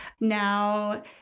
Now